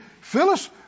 Phyllis